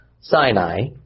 Sinai